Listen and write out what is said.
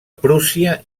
prússia